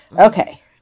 Okay